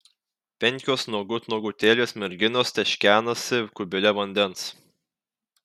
penkios nuogut nuogutėlės merginos teškenasi kubile vandens